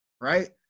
right